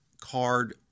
card